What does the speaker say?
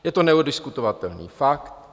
Je to neoddiskutovatelný fakt.